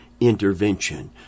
intervention